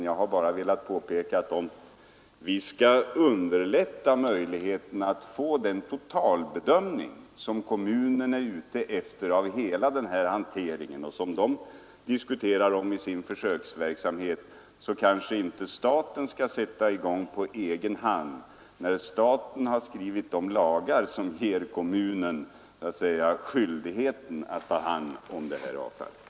Jag har bara velat peka på att om vi skall underlätta möjligheterna att få den totalbedömning av hela den här hanteringen som kommunerna är ute efter och som de diskuterar i sin försöksverksamhet, så kanske inte staten skall sätta i gång på egen hand. Staten har ju skrivit de lagar som ger kommunen skyldigheten att ta hand om detta avfall.